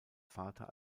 vater